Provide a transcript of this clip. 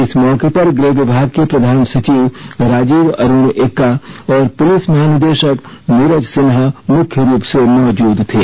इस मौके पर गृह विभाग के प्रधान सचिव राजीव अरुण एक्का और पुलिस महानिदेशक नीरज सिन्हा मुख्य रुप से मौजूद थे